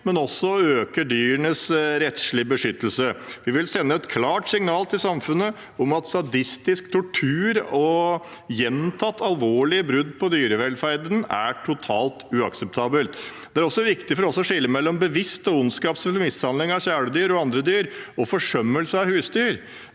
og også å øke dyrenes rettslige beskyttelse. Vi vil sende et klart signal til samfunnet om at sadistisk tortur og gjentatte alvorlige brudd på dyrevelferden er totalt uakseptabelt. Det er også viktig for oss å skille mellom bevisst og ondskapsfull mishandling av kjæledyr og andre dyr og forsømmelse av husdyr.